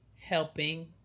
helping